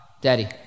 daddy